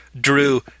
Drew